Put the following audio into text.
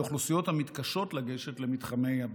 לאוכלוסיות המתקשות לגשת למתחמי הבדיקות.